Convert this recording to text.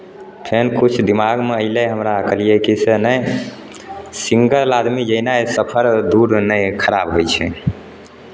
फेन किछु दिमागमे अयलै हमरा कहलियै की से नहि सिंगल आदमी जेनाइ सफर दूर नहि खराब होइ छै